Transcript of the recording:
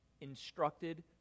instructed